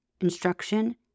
instruction